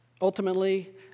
ultimately